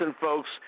folks